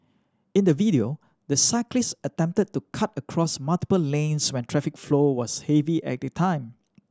in the video the cyclist attempted to cut across multiple lanes when traffic flow was heavy at that time